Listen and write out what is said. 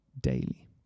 daily